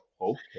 Okay